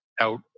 out